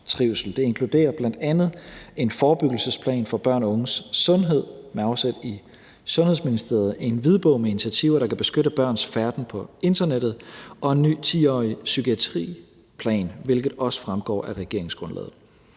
Det inkluderer bl.a. en forebyggelsesplan for børn og unges sundhed med afsæt i Sundhedsministeriet, en hvidbog med initiativer, der kan beskytte børns færden på internettet, og en ny 10-årig psykiatriplan, hvilket også fremgår af regeringsgrundlaget.